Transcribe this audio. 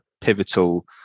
pivotal